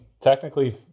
technically